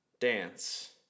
dance